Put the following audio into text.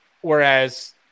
whereas